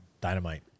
dynamite